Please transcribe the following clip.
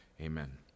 Amen